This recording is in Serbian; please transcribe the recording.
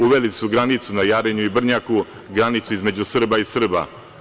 Uveli su granicu na Jarinju i Brnjaku, granicu između Srba i Srba.